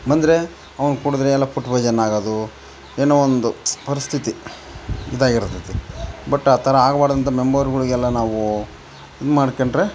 ಬಂದರೆ ಅವ್ನ ಕುಡಿದ್ರೆ ಎಲ್ಲ ಫುಟ್ ಪಾಯ್ಸನ್ ಆಗೋದೂ ಏನೋ ಒಂದು ಪರಿಸ್ಥಿತಿ ಇದಾಗಿರತದೆ ಬಟ್ ಆ ಥರ ಆಗ್ಬಾರ್ದು ಅಂತ ಮೆಂಬರ್ಗಳಿಗೆಲ್ಲ ನಾವೂ ಇದು ಮಾಡ್ಕೊಂಡ್ರೆ